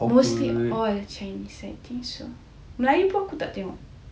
mostly all chinese I think so melayu pun aku tak tengok